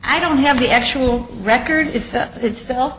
i don't have the actual record is itself